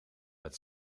met